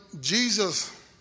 Jesus